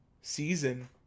season